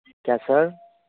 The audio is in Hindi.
क्या सर